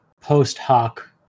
post-hoc